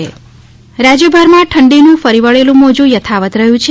હવામાન રાજયભરમાં ઠંડીનું ફરી વળેલું મોજુ થથાવત રહ્યું છે